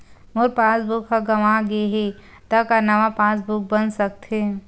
मोर passbook ह गंवा गे हे त का नवा पास बुक बन सकथे?